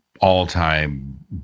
all-time